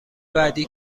بعدی